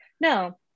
no